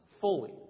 fully